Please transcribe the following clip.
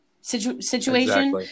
situation